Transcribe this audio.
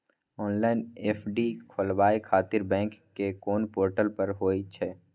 Online FD खोलाबय खातिर bank के कोन पोर्टल पर होए छै?